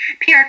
PR